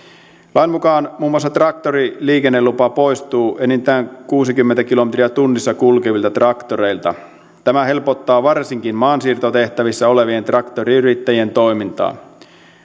lain mukaan muun muassa traktoriliikennelupa poistuu enintään kuusikymmentä kilometriä tunnissa kulkevilta traktoreilta tämä helpottaa varsinkin maansiirtotehtävissä olevien traktoriyrittäjien toimintaa